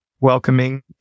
welcoming